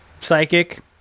Psychic